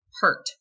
hurt